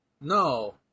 No